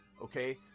okay